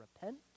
Repent